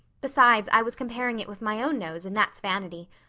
besides, i was comparing it with my own nose and that's vanity.